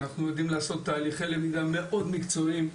אנחנו יודעים לעשות תהליכי למידה מאוד מקצועיים,